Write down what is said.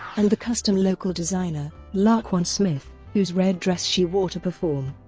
and the custom local designer, laquan smith, whose red dress she wore to perform.